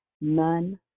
none